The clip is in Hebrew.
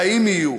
חיים יהיו,